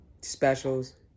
specials